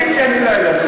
נגיד שאני לא אלך,